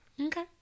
Okay